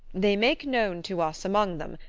they make known to us among them,